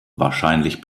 wahrscheinlich